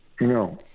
No